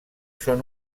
són